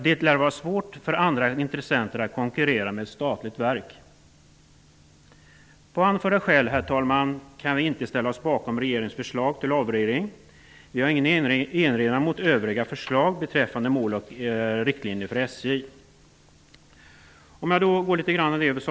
Det lär vara svårt för andra intressenter att konkurrera med ett statligt verk. Herr talman! Mot bakgrund av anförda skäl kan vi inte ställa oss bakom regeringens förslag till avreglering. Vi har ingen erinran mot övriga förslag beträffande mål och riktlinjer för SJ.